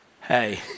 hey